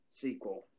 sequel